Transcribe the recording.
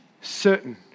certain